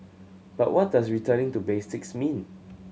but what does returning to basics mean